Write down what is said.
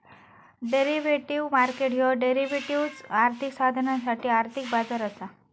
derivative market ह्यो derivatives, आर्थिक साधनांसाठी आर्थिक बाजार असा